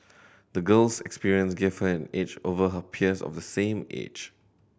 the girl's experience gave her an edge over her peers of the same age